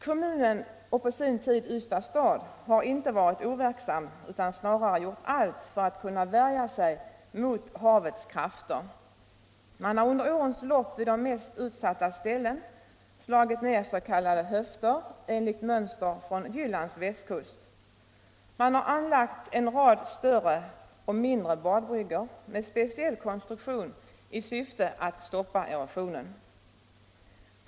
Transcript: Kommunen, och på sin tid Ystads stad, har inte varit overksam, utan snarare gjort allt för att värja sig mot havets krafter. Man har under årens lopp vid de mest utsatta ställena slagit ner s.k. ”höfter”, enligt mönster från Jyllands västkust. Man har anlagt en rad större och mindre badbryggor med speciell konstruktion i syfte att stoppa erosionen.